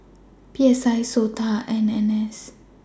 P S I Sota and N N S